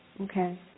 Okay